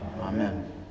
Amen